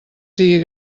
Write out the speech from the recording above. sigui